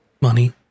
money